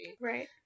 right